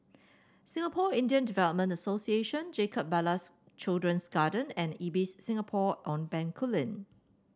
Singapore Indian Development Association Jacob Ballas Children's Garden and Ibis Singapore on Bencoolen